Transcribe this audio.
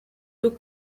took